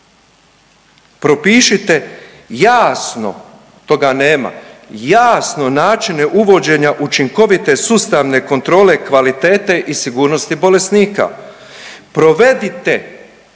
nema, jasno načine uvođenja učinkovite sustavne kontrole kvalitete i sigurnosti bolesnika. Provedite